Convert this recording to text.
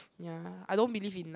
ya I don't believe in uh